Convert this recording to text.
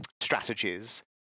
strategies